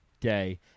day